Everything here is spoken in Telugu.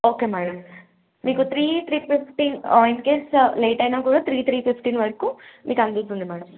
ఓకే మ్యాడమ్ మీకు three three fifteen in case late అయినా కూడా త్రీ త్రీ ఫిఫ్టీన్ వరకు మీకు అందుతుంది మ్యాడమ్